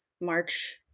March